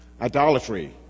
Idolatry